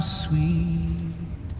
sweet